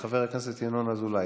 את חבר הכנסת ינון אזולאי,